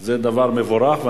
זה דבר מבורך,